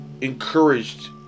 encouraged